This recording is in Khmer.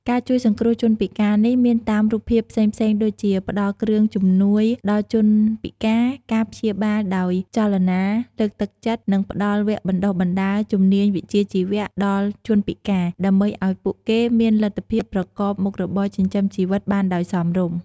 ការជួយសង្គ្រោះជនពិការនេះមានតាមរូបភាពផ្សេងៗដូចជា ផ្ដល់គ្រឿងជំនួយដល់ជនពិការ ការព្យាបាលដោយចលនា លើកទឹកចិត្ត និងផ្ដល់វគ្គបណ្តុះបណ្តាល ជំនាញវិជ្ជាជីវៈដល់ជនពិការ ដើម្បីឱ្យពួកគេមានលទ្ធភាពប្រកបមុខរបរចិញ្ចឹមជីវិតបានដោយសមរម្យ។